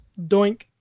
doink